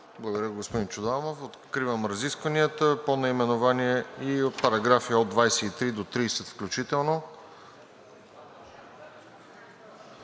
Благодаря, господин Чобанов. Откривам разискванията по наименованието и параграфи от 23 до 30 включително.